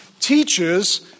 teaches